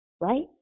right